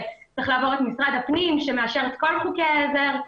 וצריך לעבור את משרד הפנים שמאשר את כל חוקי העזר,